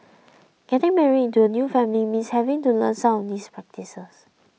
getting married into a new family means having to learn some of these practices